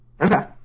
Okay